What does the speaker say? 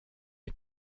est